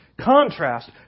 contrast